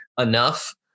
enough